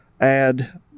add